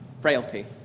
frailty